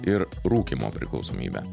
ir rūkymo priklausomybę